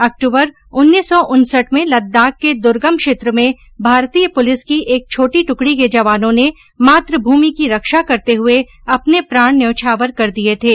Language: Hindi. अक्टूबर उन्नीस सौ उनसठ में लद्दाख के दुर्गम क्षेत्र में भारतीय पुलिस की एक छोटी टुकड़ी के जवानों ने मातृभूमि की रक्षा करते हुये अपने प्राण न्यौछावर कर दिये थे